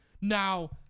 Now